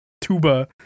tuba